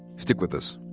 stick with us.